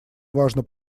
важно